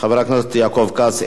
חבר הכנסת יעקב כץ,